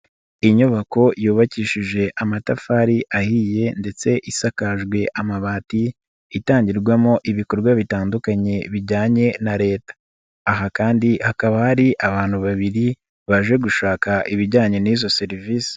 Inyubako yubakishije amatafari ahiye ndetse isakajwe amabati itangirwamo ibikorwa bitandukanye bijyanye na Leta, aha kandi hakaba hari abantu babiri baje gushaka ibijyanye n'izo serivisi.